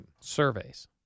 surveys